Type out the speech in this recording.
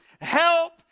help